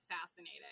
fascinating